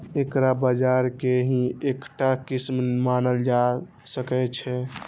एकरा बाजार के ही एकटा किस्म मानल जा सकै छै